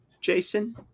Jason